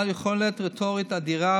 בעל יכולת רטורית אדירה,